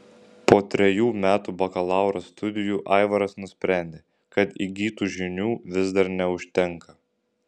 po trejų metų bakalauro studijų aivaras nusprendė kad įgytų žinių vis dar neužtenka